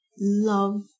love